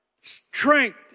strength